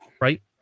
right